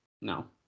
No